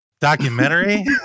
documentary